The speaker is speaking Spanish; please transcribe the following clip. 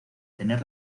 tener